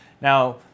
Now